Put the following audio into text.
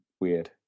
weird